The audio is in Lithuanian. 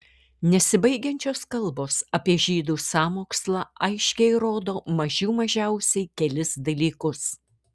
nesibaigiančios kalbos apie žydų sąmokslą aiškiai rodo mažių mažiausiai kelis dalykus